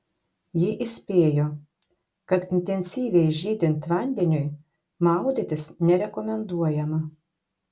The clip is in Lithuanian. ji įspėjo kad intensyviai žydint vandeniui maudytis nerekomenduojama